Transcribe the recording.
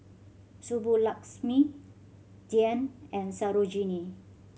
Subbulakshmi Dhyan and Sarojini